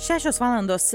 šešios valandos